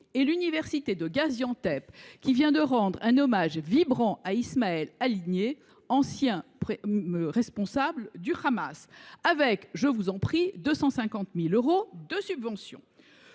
et l’université de Gaziantep, qui vient de rendre un hommage vibrant à Ismaël Haniyeh, ancien responsable du Hamas, avec – excusez du peu – 250 000 euros de subventions.